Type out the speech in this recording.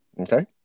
Okay